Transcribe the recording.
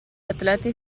atleti